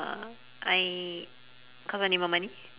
uh I cause I need more money